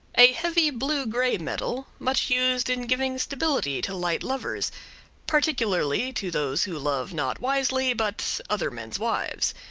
a heavy blue-gray metal much used in giving stability to light lovers particularly to those who love not wisely but other men's wives.